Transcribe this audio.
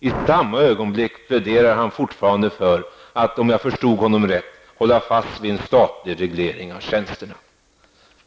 I samma ögonblick pläderar han fortfarande för, om jag förstod honom rätt, att vi skall hålla fast vid en statlig reglering av tjänsterna.